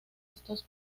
estos